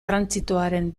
trantsitoaren